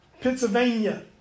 Pennsylvania